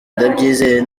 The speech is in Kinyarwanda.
ndabyizeye